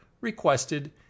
requested